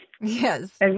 Yes